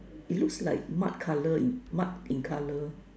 looks like mud colour in mud in colour